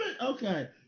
Okay